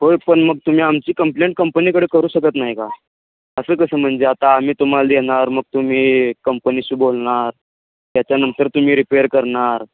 होय पण मग तुम्ही आमची कंप्लेंट कंपनीकडे करू शकत नाही का असं कसं म्हणजे आता आम्ही तुम्हाला देणार मग तुम्ही कंपनीशी बोलणार त्याच्यानंतर तुम्ही रिपेर करणार